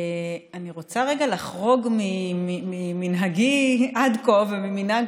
אני רוצה רגע לחרוג ממנהגי עד כה וממנהג